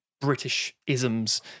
British-isms